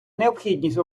необхідність